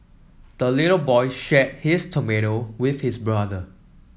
the little boy shared his tomato with his brother